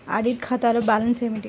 Audit ఖాతాలో balance ఏమిటీ?